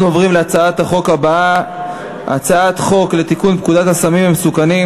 אנחנו עוברים להצעת חוק לתיקון פקודת הסמים המסוכנים